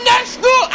National